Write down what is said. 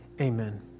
Amen